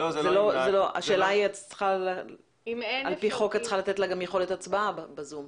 על פי חוק את גם צריכה לתת יכולת הצבעה ב-זום.